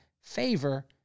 favor